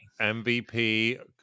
MVP